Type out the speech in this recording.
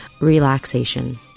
relaxation